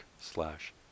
slash